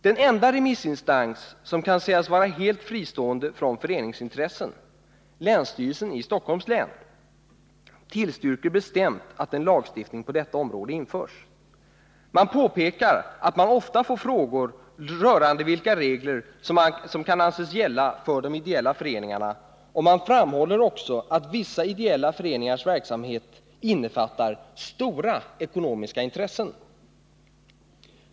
Den enda remissinstansen som kan sägas vara helt fristående från föreningsintressen, länsstyrelsen i Stockholms län, tillstyrker bestämt att en lagstiftning på detta område införs. Man påpekar att man ofta får frågor rörande vilka regler som kan anses gälla för de ideella föreningarna, och man framhåller Nr 28 också att vissa ideella föreningars verksamhet innefattar stora ekonomiska Onsdagen den intressen.